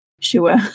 sure